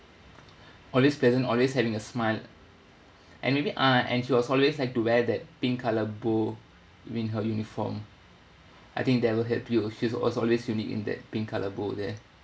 always pleasant always having a smile and maybe ah and she was always like to wear that pink colour bow with her uniform I think that will help you she's also always unique in that pink colour bow there